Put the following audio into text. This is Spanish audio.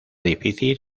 difícil